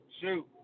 shoot